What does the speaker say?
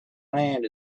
land